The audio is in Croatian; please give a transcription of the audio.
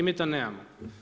Mi to nemamo.